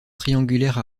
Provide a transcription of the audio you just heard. triangulaire